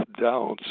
doubts